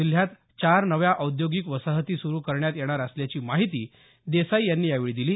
जिल्ह्यात चार नव्या औद्योगिक वसाहती सुरू करण्यात येणार असल्याची माहिती देसाई यांनी यावेळी दिली